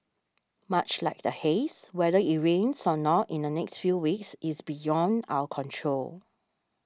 much like the haze whether it rains or not in the next few weeks is beyond our control